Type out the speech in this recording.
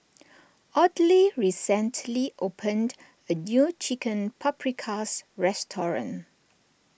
Audley recently opened a new Chicken Paprikas restaurant